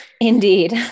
Indeed